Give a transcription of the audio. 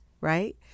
right